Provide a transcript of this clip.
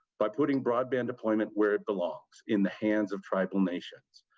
by putting broadband deployment where it belongs in the hands of tribal nations,